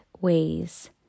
ways